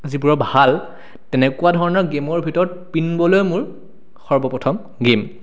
যিবোৰৰ ভাল তেনেকুৱা ধৰণৰ গেমৰ ভিতৰত পিন বলে মোৰ সৰ্বপ্ৰথম গেম